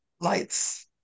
lights